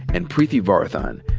and preeti varathan.